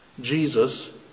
Jesus